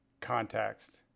context